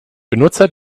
benutzer